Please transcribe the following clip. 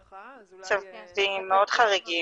הרווחה והשירותים החברתיים.